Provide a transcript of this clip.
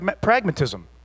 pragmatism